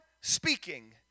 speaking